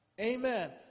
Amen